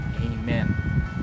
amen